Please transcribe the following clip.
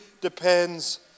depends